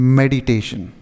meditation